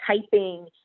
typing